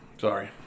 Sorry